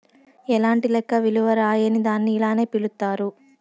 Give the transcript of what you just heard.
ఎలాంటి లెక్క విలువ రాయని దాన్ని ఇలానే పిలుత్తారు